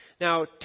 Now